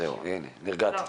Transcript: נרגעתי.